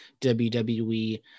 WWE